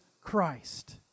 Christ